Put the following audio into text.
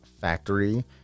factory